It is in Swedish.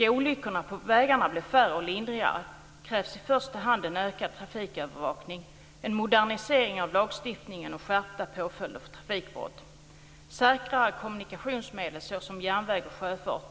Om olyckorna på vägarna ska bli färre och lindrigare krävs i första hand en ökad trafikövervakning, en modernisering av lagstiftningen och skärpta påföljder för trafikbrott. Säkrare kommunikationsmedel såsom järnväg och sjöfart